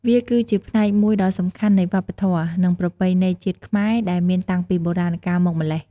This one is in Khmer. វាគឺជាផ្នែកមួយដ៏ សំខាន់នៃវប្បធម៌ និងប្រពៃណីជាតិខ្មែរដែលមានតាំងពីបុរាណកាលមកម៉្លេះ។